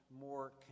more